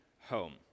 home